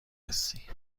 هستی